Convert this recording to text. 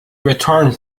return